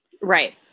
Right